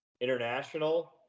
international